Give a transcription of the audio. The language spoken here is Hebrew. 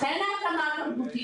לכן ההתאמה התרבותית.